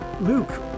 Luke